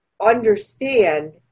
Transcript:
understand